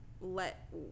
let